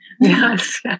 Yes